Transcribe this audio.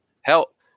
Help